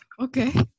Okay